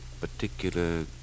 particular